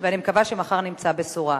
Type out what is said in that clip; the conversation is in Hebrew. ואני מקווה שמחר נמצא בשורה.